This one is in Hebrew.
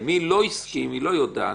מי לא הסכים היא לא יודעת.